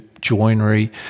joinery